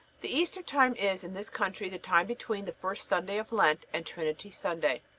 the easter time is, in this country, the time between the first sunday of lent and trinity sunday.